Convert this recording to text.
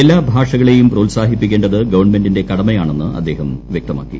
എല്ലാ ഭാഷകളെയും പ്രോത്സാഹിപ്പിക്കേണ്ടത് ഗവൺമെന്റിന്റെ കടമയാണെന്ന് അദ്ദേഹം വ്യക്തമാക്കി